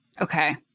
Okay